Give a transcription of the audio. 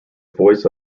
voice